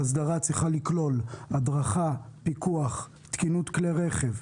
ההסדרה צריכה לכלול הדרכה, פיקוח, תקינות כלי רכב,